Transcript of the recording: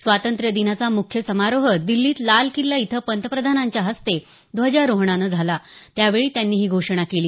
स्वातंत्र्य दिनाचा मुख्य समारोह दिछीत लाल किल्ला इथं पंतप्रधानांच्या हस्ते ध्वजारोहणानं झाला त्यावेळी त्यांनी ही घोषणा केली